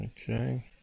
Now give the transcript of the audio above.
Okay